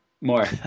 more